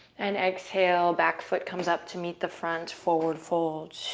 and exhale. back foot comes up to meet the front, forward fold.